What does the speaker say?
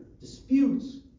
disputes